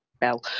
bell